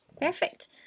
perfect